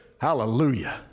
Hallelujah